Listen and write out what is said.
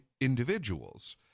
individuals